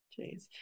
jeez